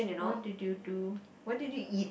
what did you do what did you eat